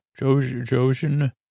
Jojen